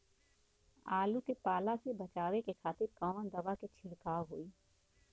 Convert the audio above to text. आलू के पाला से बचावे के खातिर कवन दवा के छिड़काव होई?